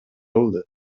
кылды